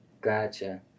Gotcha